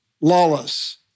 lawless